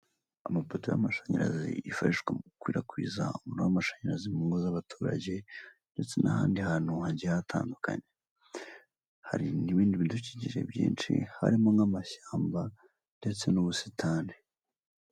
Amapoto y'amashanyarazi yifashishwa mu gukwirakwiza umuriro w'amashanyarazi mu ngo z'abaturage, ndetse n'ahandi hantu hagiye hatandukanye, hari n'ibindi bidukikije byinshi, harimo nk'amashyamba ndetse n'ubusitani.